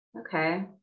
Okay